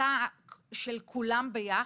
בהחלטה של כולם ביחד,